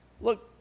look